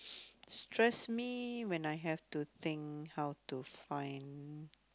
stress me when I have to think how to find